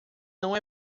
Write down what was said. não